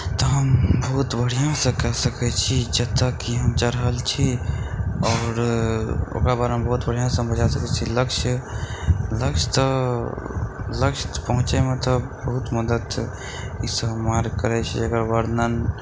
तऽ हम बहुत बढ़िऑंसँ कहि सकै छी जतऽ कि हम चढ़ल छी आओर ओकरा बारेमे बहुत बढ़िऑंसँ बुझाए सकै छी लक्ष्य लक्ष्य तऽ लक्ष्य पहुँचैमे तऽ एकर वर्णन